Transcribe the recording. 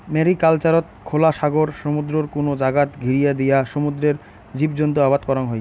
ম্যারিকালচারত খোলা সাগর, সমুদ্রর কুনো জাগাত ঘিরিয়া দিয়া সমুদ্রর জীবজন্তু আবাদ করাং হই